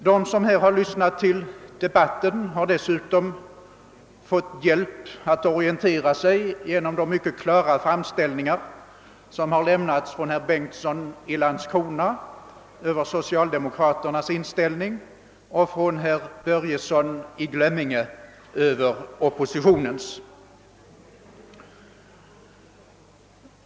De som lyssnat till debatten har dessutom fått hjälp att orientera sig genom de mycket klara framställningar som gjorts av herr Bengtsson i Landskrona över socialdemokraternas inställning och av herr Börjesson i Glömminge över oppositionens.